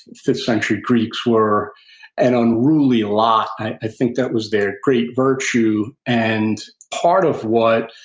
fifth century greeks were an unruly lot. i think that was their great virtue. and part of what